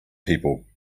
people